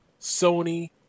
Sony